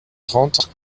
trente